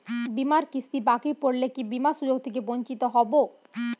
বিমার কিস্তি বাকি পড়লে কি বিমার সুযোগ থেকে বঞ্চিত হবো?